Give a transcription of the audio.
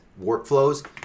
workflows